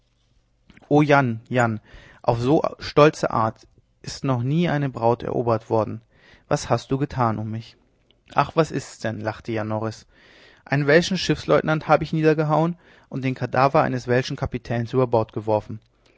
o jan jan auf so stolze art ist noch nie eine braut erobert worden was hast du getan um mich ach was ist's denn lachte jan norris einen welschen schiffsleutnant hab ich niedergehauen und den kadaver eines welschen kapitäns über bord geworfen